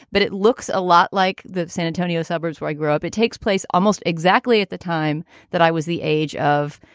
but it looks a lot like the san antonio suburbs where i grew up. it takes place almost exactly at the time that i was the age of